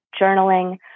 journaling